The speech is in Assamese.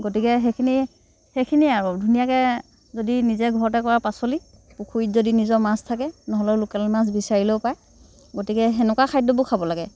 গতিকে সেইখিনি সেইখিনিয়ে আৰু ধুনীয়াকৈ যদি নিজে ঘৰতে কৰে পাচলি পুখুৰীত যদি নিজৰ মাছ থাকে নহ'লে লোকেল মাছ বিচাৰিলেও পায় গতিকে তেনেকুৱা খাদ্যবোৰ খাব লাগে